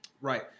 Right